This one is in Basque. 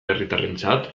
herritarrentzat